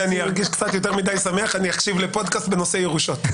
כשאני ארגיש קצת יותר מדי שמח אני אקשיב לפודקאסט בנושא ירושות.